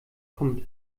kommt